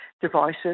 devices